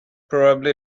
probably